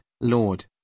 Lord